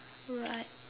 right